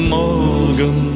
morgen